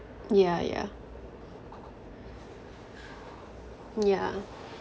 yeah yeah yeah